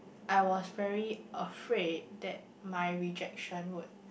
I was very afraid that my rejection would